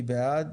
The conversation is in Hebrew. מי בעד?